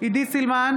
עידית סילמן,